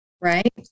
right